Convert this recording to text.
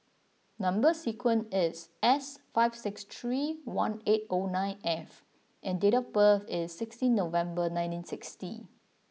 number sequence is S five six three one eight O nine F and date of birth is sixteen November nineteen sixty